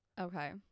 okay